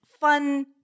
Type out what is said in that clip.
fun